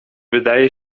wydaje